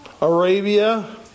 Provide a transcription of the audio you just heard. Arabia